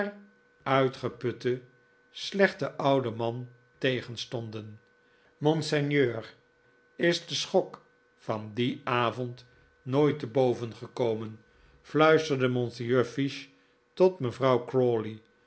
slechten ouden man tegenstonden monseigneur is den schok van dien avond nooit te boven gekomen fluisterde monsieur fiche tot mevrouw